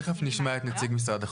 תיכף נשמע את נציג משרד החוץ.